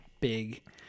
big